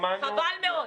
שמענו.